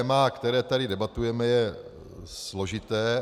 To téma, které tady debatujeme, je složité.